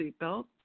seatbelt